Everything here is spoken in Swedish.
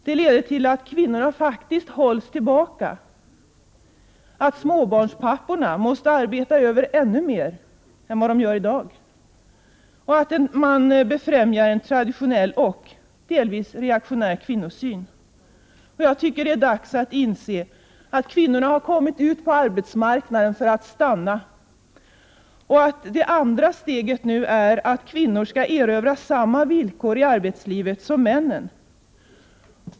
Det leder till att kvinnorna faktiskt hålls tillbaka, att småbarnspapporna måste arbeta över ännu mer än vad de gör i dag, och det befrämjar en traditionell och delvis reaktionär kvinnosyn. Jag tycker att det är dags att inse att kvinnorna har kommit ut på arbetsmarknaden för att stanna och att det andra steget nu är att kvinnor skall erövra samma villkor i arbetslivet som männen.